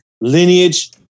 lineage